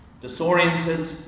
disoriented